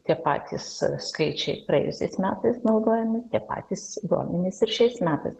tie patys skaičiai praėjusiais metais naudojami tie patys duomenys ir šiais metais